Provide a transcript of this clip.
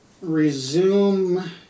resume